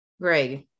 Greg